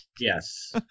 yes